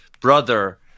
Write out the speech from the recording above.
brother